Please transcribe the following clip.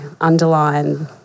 underline